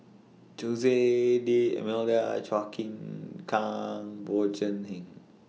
Jose D'almeida Chua Chim Kang Bjorn Shen